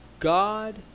God